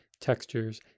textures